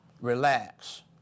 Relax